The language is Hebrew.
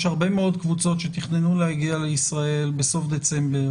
יש הרבה מאוד קבוצות שתכננו להגיע לישראל בסוף דצמבר,